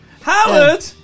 Howard